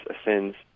ascends